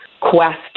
quest